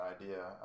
idea